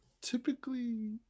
typically